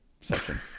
section